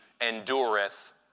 endureth